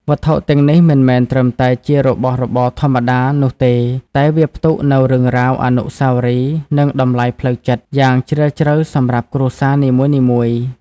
វត្ថុទាំងនេះមិនមែនត្រឹមតែជារបស់របរធម្មតានោះទេ តែវាផ្ទុកនូវ រឿងរ៉ាវ អនុស្សាវរីយ៍ និង តម្លៃផ្លូវចិត្ត យ៉ាងជ្រាលជ្រៅសម្រាប់គ្រួសារនីមួយៗ។